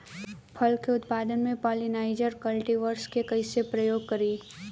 फल के उत्पादन मे पॉलिनाइजर कल्टीवर्स के कइसे प्रयोग करी?